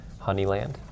Honeyland